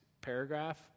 paragraph